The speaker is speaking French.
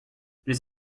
les